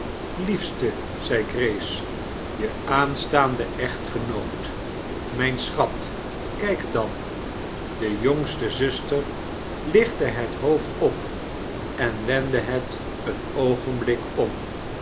liefste zei grace je aanstaande echtgenoot mijn schat kijk dan de jongste zuster liohtte heit hoofd op en wendde het een oogenblik om